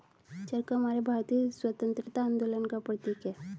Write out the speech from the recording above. चरखा हमारे भारतीय स्वतंत्रता आंदोलन का प्रतीक है